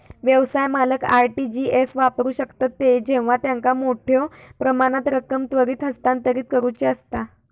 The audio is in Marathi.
व्यवसाय मालक आर.टी.जी एस वापरू शकतत जेव्हा त्यांका मोठ्यो प्रमाणात रक्कम त्वरित हस्तांतरित करुची असता